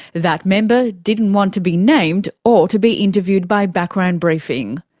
that member didn't want to be named or to be interviewed by background briefing.